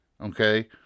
okay